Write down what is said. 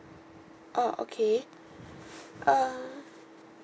orh okay uh